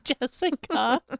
Jessica